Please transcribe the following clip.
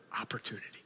opportunity